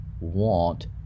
want